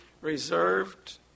reserved